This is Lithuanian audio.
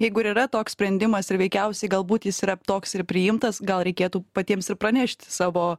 jeigu ir yra toks sprendimas ir veikiausiai galbūt jis yra toks ir priimtas gal reikėtų patiems ir pranešti savo